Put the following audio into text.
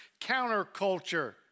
counterculture